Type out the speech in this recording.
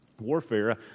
warfare